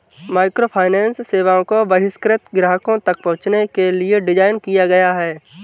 microfinance सेवाओं को बहिष्कृत ग्राहकों तक पहुंचने के लिए डिज़ाइन किया गया है